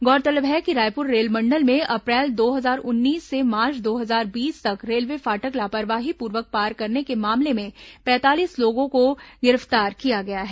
गौरतलब है कि रायपुर रेलमंडल में अप्रैल दो हजार उन्नीस से मार्च दो हजार बीस तक रेलवे फाटक लापरवाहीपूर्वक पार करने के मामले में पैंतालीस लोगों को गिरफ्तार किया गया है